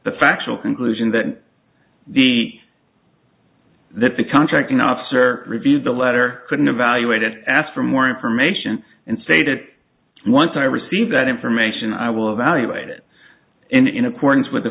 the factual conclusion that the that the contracting officer reviewed the letter couldn't evaluate it asked for more information and stated once i receive that information i will evaluate it in accordance with the